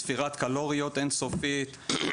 ספירת קלוריות אינסופית,